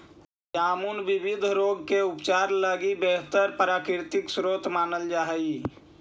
जामुन विविध रोग के उपचार लगी बेहतर प्राकृतिक स्रोत मानल जा हइ